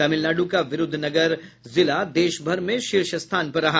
तमिलनाडु का विरुद्वनगर जिला देश भर में शीर्ष स्थान पर रहा